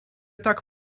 tak